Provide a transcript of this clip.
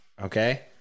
Okay